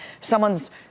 someone's